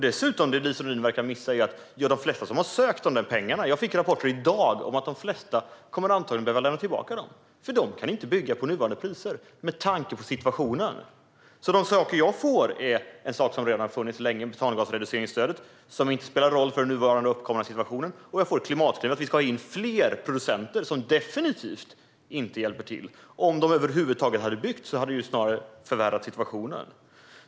Dessutom verkar Lise Nordin ha missat att de flesta som har sökt om de här pengarna antagligen kommer att behöva lämna tillbaka dem - jag fick rapporter om det i dag - därför att de inte kan bygga med nuvarande priser och med tanke på situationen. De svar jag får gäller en sak som redan har funnits länge, nämligen metangasreduceringsstödet, som inte spelar någon roll för den nuvarande uppkomna situationen, samt Klimatklivet, som innebär att vi ska ha in fler producenter, vilket definitivt inte hjälper till. Om de anläggningarna över huvud taget hade byggts hade det ju snarare förvärrat situationen.